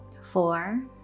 Four